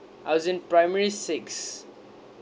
I was in primary six